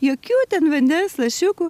jokių ten vandens lašiukų